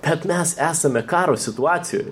bet mes esame karo situacijoje